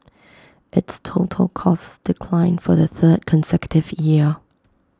its total costs declined for the third consecutive year